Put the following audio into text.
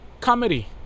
Comedy